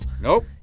Nope